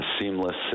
seamless